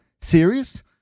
Series